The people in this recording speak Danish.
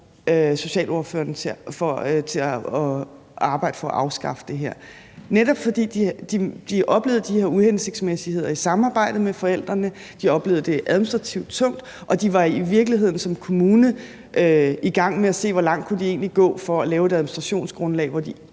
socialordførerne til at arbejde for at afskaffe det her. Og det var netop, fordi de oplevede de her uhensigtsmæssigheder i samarbejdet med forældrene, de oplevede det administrativt tungt, og de var i virkeligheden som kommune i gang med at se, hvor langt de egentlig kunne gå for at lave et administrationsgrundlag,